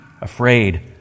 afraid